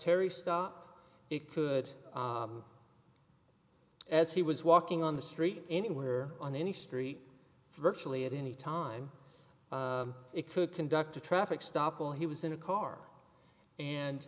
terry stop it could as he was walking on the street anywhere on any street virtually at any time it could conduct a traffic stop while he was in a car and